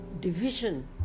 division